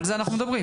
על זה אנחנו מדברים.